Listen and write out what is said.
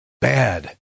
bad